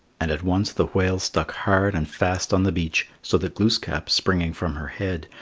and at once the whale stuck hard and fast on the beach, so that glooskap, springing from her head,